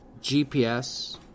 GPS